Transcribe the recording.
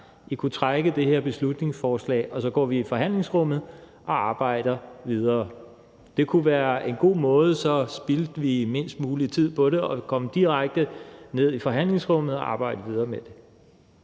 I kunne trække det her beslutningsforslag, og så går vi i forhandlingsrummet og arbejder videre. Det kunne være en god måde, for så spildte vi mindst mulig tid på det og kom direkte ned i forhandlingsrummet og kunne arbejde videre med det.